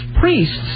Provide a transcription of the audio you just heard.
priests